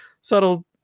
subtle